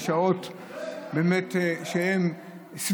בשעות שהן באמת סבירות.